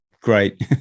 great